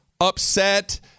upset